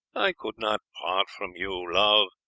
i could not part from you, love.